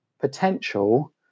potential